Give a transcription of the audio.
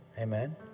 Amen